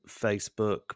Facebook